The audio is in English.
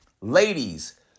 Ladies